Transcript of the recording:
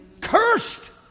cursed